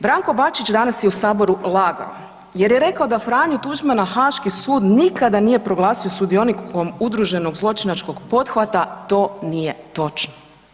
Branko Bačić danas je u Saboru lagao jer je rekao da Franju Tuđmana Haški sud nikada nije proglasio sudionikom udruženog zločinačkog pothvata, to nije točno.